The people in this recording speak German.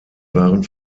waren